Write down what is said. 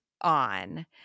on